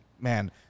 man